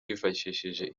bifashishije